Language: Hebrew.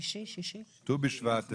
טו' בשבט,